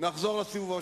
בהתאם לסעיף 25(א)